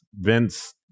Vince